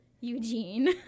eugene